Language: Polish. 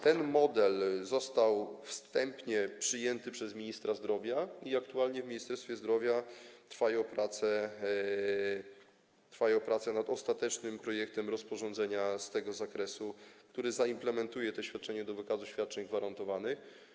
Ten model został wstępnie przyjęty przez ministra zdrowia i aktualnie w Ministerstwie Zdrowia trwają prace nad ostatecznym projektem rozporządzenia z tego zakresu, który zaimplementuje to świadczenie do wykazu świadczeń gwarantowanych.